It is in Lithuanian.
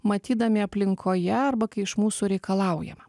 matydami aplinkoje arba kai iš mūsų reikalaujama